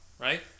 right